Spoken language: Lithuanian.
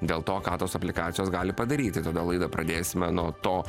dėl to ką tos aplikacijos gali padaryti todėl laidą pradėsime nuo to